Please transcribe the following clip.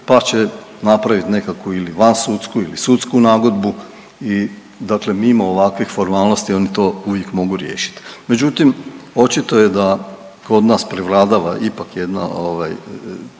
pa će napravit nekakvu ili van sudsku ili sudsku nagodbu i dakle mimo ovakvih formalnosti oni to uvijek mogu riješit. Međutim, očito je da kod nas prevladava ipak jedna tako